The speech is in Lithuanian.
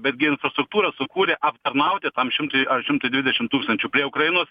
bet gi infrastruktūrą sukūrė aptarnauti tam šimtui ar šimtui dvidešimt tūkstančių prie ukrainos